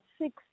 six